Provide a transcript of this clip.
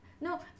No